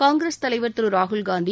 காங்கிரஸ் தலைவர் திரு ராகுல் காந்தி